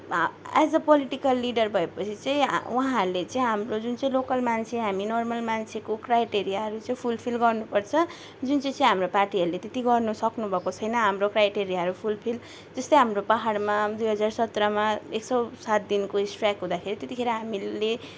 as a political leader भएपछि चाहिँ उहाँहरूले चाहिँ हाम्रो जुन चाहिँ लोकल मान्छे हामी नर्मल मान्छेको क्राइटेरियाहरू चाहिँ फुलफिल गर्नुपर्छ जुन चाहिँ चाहिँ हाम्रो पार्टीहरूले त्यति गर्न सक्नुभएको छैन हाम्रो क्राइटेरियाहरू फुलफिल जस्तै हाम्रो पाहाडमा दुई हजार सत्रमा एक सय सात दिनको स्ट्राइक हुँदाखेरि त्यत्तिखेर हामीले